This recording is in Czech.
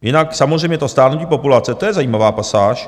Jinak samozřejmě to stárnutí populace, to je zajímavá pasáž.